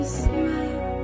smile